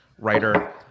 writer